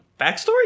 backstory